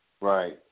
Right